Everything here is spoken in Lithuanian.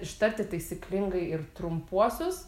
ištarti taisyklingai ir trumpuosius